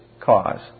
cause